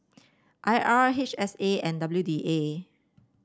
I R H S A and W D A